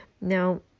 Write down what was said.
Now